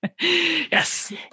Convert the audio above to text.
Yes